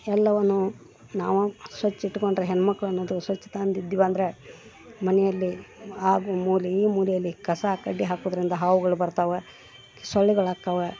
ಎಲ್ಲವನ್ನೂ ನಾವು ಸ್ವಚ್ಛ ಇಟ್ಕೊಂಡರೆ ಹೆಣ್ಣು ಮಕ್ಕಳು ಅನ್ನೋದು ಸ್ವಚ್ಛತಾಂದಿದ್ದೀವಂದ್ರೆ ಮನೆಯಲ್ಲಿ ಹಾಗು ಮೂಲೆ ಈ ಮೂಲೆಯಲ್ಲಿ ಕಸಾ ಕಡ್ಡಿ ಹಾಕೋದ್ರಿಂದ ಹಾವುಗಳು ಬರ್ತಾವೆ ಸೊಳ್ಳೆಗಳು ಅಕ್ಕಾವ